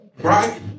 Right